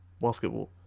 basketball